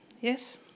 Yes